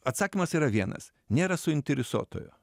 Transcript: atsakymas yra vienas nėra suinteresuotojo